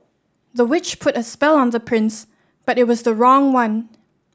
the witch put a spell on the prince but it was the wrong one